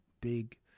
big